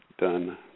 done